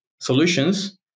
solutions